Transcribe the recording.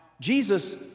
Jesus